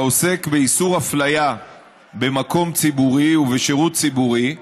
העוסק באיסור הפליה במקום ציבורי ובשירות ציבורי,